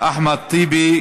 אחמד טיבי.